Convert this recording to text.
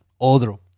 Otro